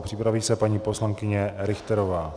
Připraví se paní poslankyně Richterová.